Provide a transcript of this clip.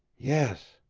yes.